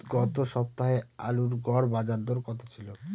গত সপ্তাহে আলুর গড় বাজারদর কত ছিল?